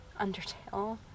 Undertale